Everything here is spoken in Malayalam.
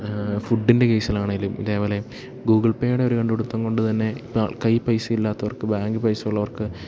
ഫുഡിൻ്റെ കേസിലാണെങ്കിലും ഇതേപോലെ ഗൂഗിൾ പേയുടെ ഒരു കണ്ടുപിടുത്തം കൊണ്ട് തന്നെ ഇപ്പോള് കയ്യില് പൈസയില്ലാത്തവർക്ക് ബാങ്കില് പൈസയുള്ളവർക്ക്